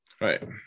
right